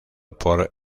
por